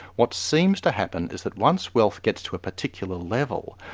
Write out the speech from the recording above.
what seems to happen is that once wealth gets to a particular level,